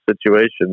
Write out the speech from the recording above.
situations